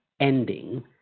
ending